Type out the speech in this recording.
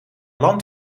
land